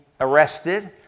arrested